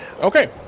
okay